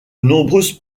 nombreuses